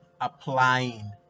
applying